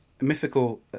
mythical